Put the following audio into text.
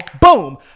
boom